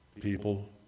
People